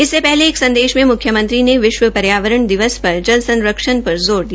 इससे पहले एक संदेश में मुख्यमंत्री ने विश्व पर्यावरण दिवस पर जल संरक्षण पर ज़ोर दिया